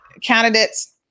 Candidates